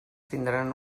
tindran